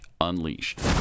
unleashed